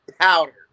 powder